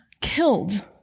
killed